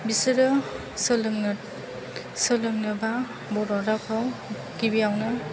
बिसोरो सोलोंनो सोलोंनोबा बर' रावखौ गिबियावनो